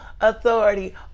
authority